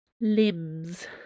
limbs